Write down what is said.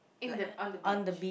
in the on the beach